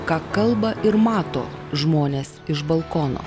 ką kalba ir mato žmonės iš balkono